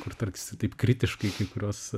kur tarsi taip kritiškai kai kuriuos